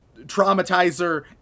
traumatizer